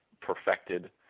perfected